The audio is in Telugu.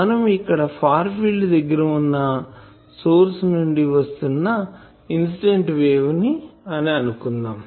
మనం ఇక్కడ ఫార్ ఫీల్డ్ దగ్గర వున్న సోర్సు నుండి వస్తున్న ఇన్సిడెంట్ వేవ్ అని అనుకుందాం